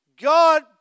God